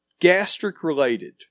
gastric-related